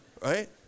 right